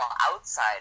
outside